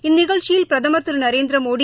இந்நிகழ்ச்சியில் பிரதமர் திரு நரேந்திர மோடி